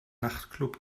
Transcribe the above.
nachtclub